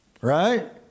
right